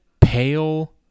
pale